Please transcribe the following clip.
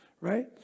Right